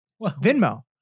Venmo